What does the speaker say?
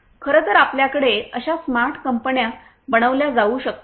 खरं तर आपल्याकडे अशा स्मार्ट कंपन्या बनविल्या जाऊ शकतात